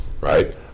Right